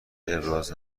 ابراز